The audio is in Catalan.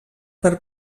per